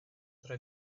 tra